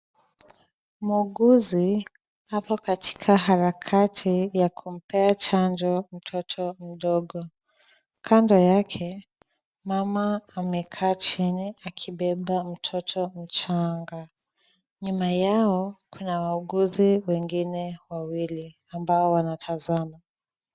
Muuguzi hapa katika harakati ya kumpea chanjo mtoto mdogo. Kando yake, mama amekaa chini akibeba mtoto mchanga. Nyuma yao kuna wauguzi wengine wawili ambao wanatazama.